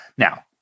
Now